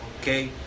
Okay